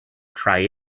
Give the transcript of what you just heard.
try